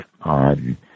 on